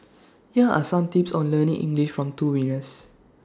here are some tips on learning English from two winners